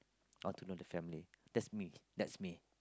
want to know the family that's me that's me